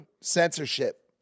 censorship